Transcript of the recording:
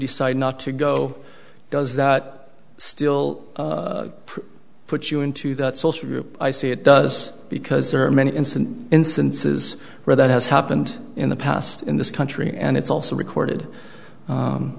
decide not to go does that still put you into that social group i see it does because there are many in some instances where that has happened in the past in this country and it's also reported